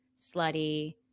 slutty